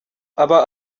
aba